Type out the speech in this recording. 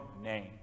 name